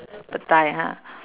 petai ha